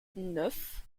neuf